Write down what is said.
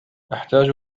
أحتاج